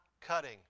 cutting